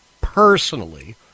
personally